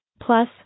Plus